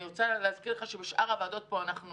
אני רוצה להזכיר לך שבשאר הוועדות פה אנחנו